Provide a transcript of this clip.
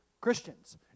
Christians